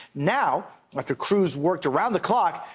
now, after crews worked around the clock.